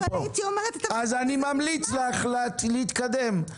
אני ממליץ לך להתקדם.